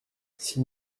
s’il